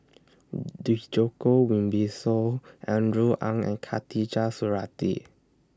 Djoko Wibisono Andrew Ang and Khatijah Surattee